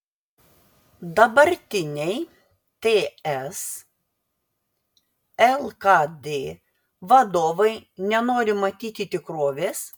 dabartiniai ts lkd vadovai nenori matyti tikrovės